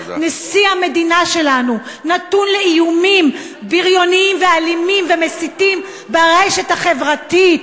נשיא המדינה שלנו נתון לאיומים בריוניים ואלימים ומסיתים ברשת החברתית.